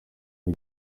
ngo